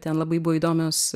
ten labai buvo įdomios